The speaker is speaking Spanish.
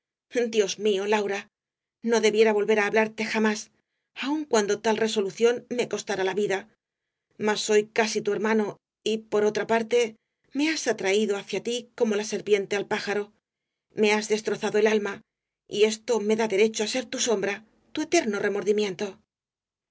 dios mío laura no debiera volver á hablarte jamás aun cuando tal resolución me costara la vida mas soy casi tu hermano y por otra parte me has atraído hacia ti como la serpiente al pájaro me has destrozado el alma y esto me da derecho á ser tu sombra tu eterno remordimiento